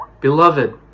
Beloved